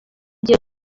igihe